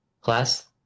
class